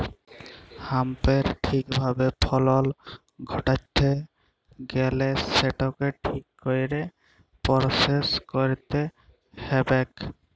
হ্যাঁম্পের ঠিক ভাবে ফলল ঘটাত্যে গ্যালে সেটকে ঠিক কইরে পরসেস কইরতে হ্যবেক